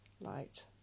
light